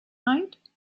night